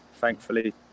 thankfully